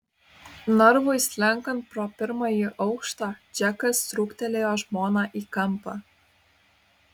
narvui slenkant pro pirmąjį aukštą džekas trūktelėjo žmoną į kampą